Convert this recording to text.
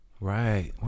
right